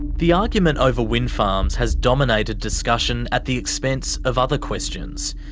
the argument over wind farms has dominated discussion at the expense of other questions.